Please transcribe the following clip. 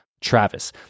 Travis